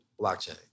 blockchain